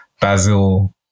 Basil